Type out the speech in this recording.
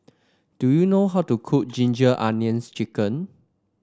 do you know how to cook Ginger Onions chicken